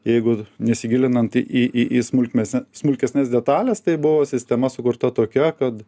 jeigu nesigilinant į į į smulkmesne smulkesnes detales tai buvo sistema sukurta tokia kad